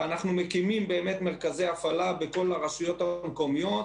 ואנחנו מקימים מרכזי הפעלה בכל הרשויות המקומיות,